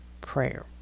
prayer